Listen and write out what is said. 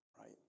right